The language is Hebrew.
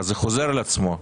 זה דבר שחוזר על עצמו.